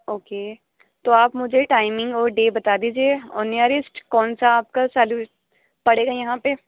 okay تو آپ مجھے ٹائمنگ اور ڈے بتا دیجیے اور نیئرسٹ کون سا آپ کا پڑے گا یہاں پہ